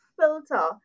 filter